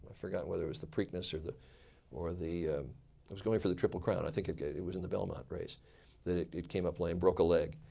forget whether it was the preakness or the or the it was going for the triple crown. i think it it was in the belmont race that it it came up lame, broke a leg.